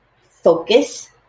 focus